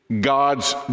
God's